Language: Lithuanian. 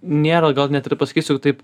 nėra gal net ir pasakysiu taip